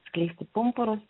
skleisti pumpurus